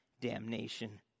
damnation